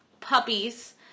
puppies